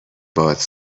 باهات